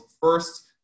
first